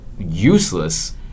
useless